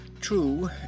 True